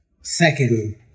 second